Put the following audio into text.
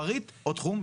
פריט או תחום.